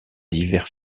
divers